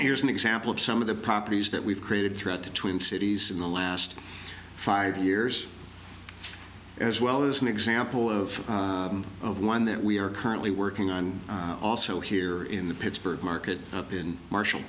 here's an example of some of the properties that we've created throughout the twin cities in the last five years as well as an example of one that we are currently working on also here in the pittsburgh market in marshall